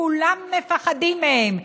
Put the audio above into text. כולם מפחדים מהם.